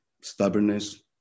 stubbornness